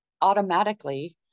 automatically